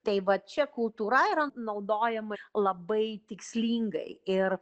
tai va čia kultūra yra naudojama labai tikslingai ir